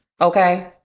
okay